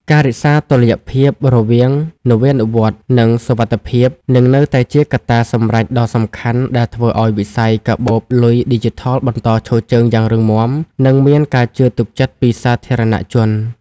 ការរក្សាតុល្យភាពរវាងនវានុវត្តន៍ និងសុវត្ថិភាព នឹងនៅតែជាកត្តាសម្រេចដ៏សំខាន់ដែលធ្វើឱ្យវិស័យកាបូបលុយឌីជីថលបន្តឈរជើងយ៉ាងរឹងមាំ និងមានការជឿទុកចិត្តពីសាធារណជន។